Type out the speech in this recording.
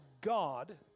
God